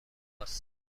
امریکاست